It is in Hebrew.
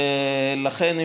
ולכן,